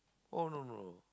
oh no no